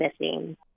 missing